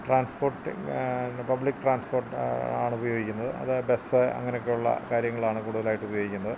transport public transport ആണുപയോഗിക്കുന്നത് അത് bus അങ്ങനെയൊക്കെയുള്ള കാര്യങ്ങളാണ് കൂടുതലായിട്ടുപയോഗിക്കുന്നത്